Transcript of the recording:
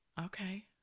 Okay